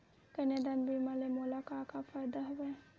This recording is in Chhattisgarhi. कन्यादान बीमा ले मोला का का फ़ायदा हवय?